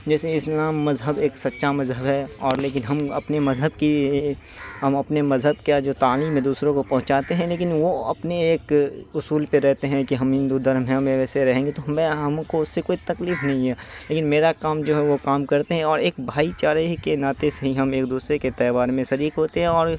جیسے اسلام مذہب ایک سچا مذہب ہے اور لیکن ہم اپنے مذہب کی ہم اپنے مذہب کے یاں جو تعلیم ہے دوسروں کو پہنچاتے ہیں لیکن وہ اپنے ایک اصول پہ رہتے ہیں کہ ہم ہندو دھرم ہیں ہم ویسے رہیں گے تو ہمیں ہم کو اس سے کوئی تکلیف نہیں ہے لیکن میرا کام جو ہے وہ کام کرتے ہیں اور ایک بھائی چارہ ہی کے ناطے سے ہم ایک دوسرے کے تہوار میں شریک ہوتے ہیں اور